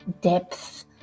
depth